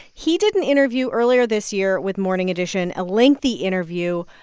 he did an interview earlier this year with morning edition a lengthy interview.